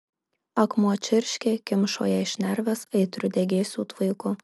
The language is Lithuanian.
akmuo čirškė kimšo jai šnerves aitriu degėsių tvaiku